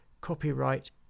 copyright